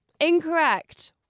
Incorrect